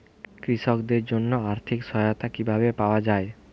কৃষকদের জন্য আর্থিক সহায়তা কিভাবে পাওয়া য়ায়?